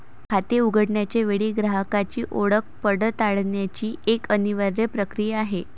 खाते उघडण्याच्या वेळी ग्राहकाची ओळख पडताळण्याची एक अनिवार्य प्रक्रिया आहे